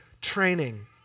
training